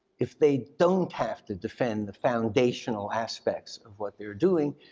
if they don't have to defend the foundational aspects of what they're doing,